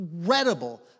incredible